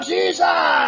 Jesus